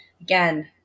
again